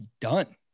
done